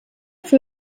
für